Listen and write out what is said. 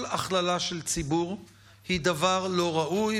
כל הכללה של ציבור היא דבר לא ראוי,